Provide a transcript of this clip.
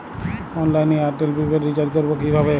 অনলাইনে এয়ারটেলে prepaid recharge করবো কিভাবে?